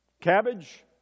cabbage